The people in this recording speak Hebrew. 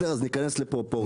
ניכנס לפרופורציה.